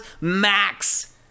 max